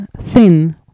thin